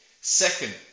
second